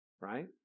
right